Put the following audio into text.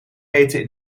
eten